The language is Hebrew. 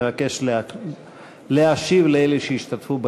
מבקש להשיב לאלה שהשתתפו בדיון.